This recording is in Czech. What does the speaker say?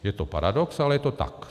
Je to paradox, ale je to tak.